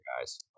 guys